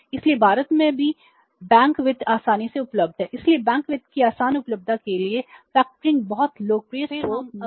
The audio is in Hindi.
इसलिए भारत में बैंक वित्त आसानी से उपलब्ध है इसलिए बैंक वित्त की आसान उपलब्धता के कारण फैक्टरिंग बहुत लोकप्रिय स्रोत नहीं बन पाया है